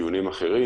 טיעונים אחרים,